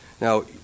Now